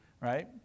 right